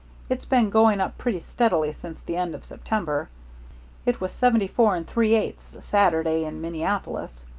it's been going up pretty steadily since the end of september it was seventy-four and three-eighths saturday in minneapolis.